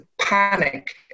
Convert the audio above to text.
panic